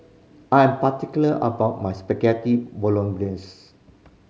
I am particular about my Spaghetti Bolognese